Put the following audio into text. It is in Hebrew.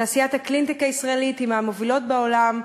תעשיית הקלין-טק הישראלית היא מהמובילות בעולם,